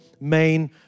main